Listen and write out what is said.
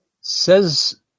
Says